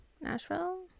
Nashville